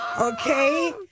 Okay